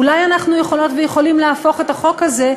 אולי אנחנו יכולות ויכולים להפוך את החוק הזה,